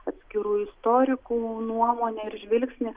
atskirų istorikų nuomonę ir žvilgsnį